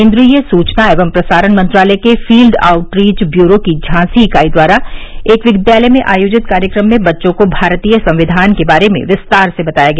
केन्द्रीय सूचना एवं प्रसारण मंत्रालय के फील्ड आउटरीच ब्यूरो की झांसी इकाई द्वारा एक विद्यालय में आयोजित कार्यक्रम में बच्चों को भारतीय संविधान के बारे में विस्तार से बताया गया